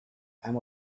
and